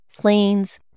planes